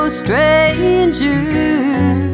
strangers